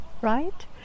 right